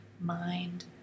mind